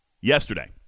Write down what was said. yesterday